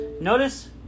Notice